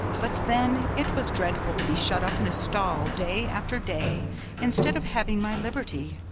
but then it was dreadful to be shut up in a stall day after day instead of having my liberty,